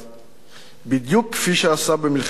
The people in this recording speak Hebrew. בדיוק כפי שעשה במלחמת השחרור,